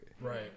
Right